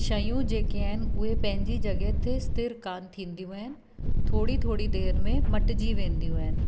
शयूं जेके आहिनि उहे पंहिंजी जॻह ते स्थिर कोन थींदियूं आहिनि थोरी थोरी देरि में मटिजी वेंदियूं आहिनि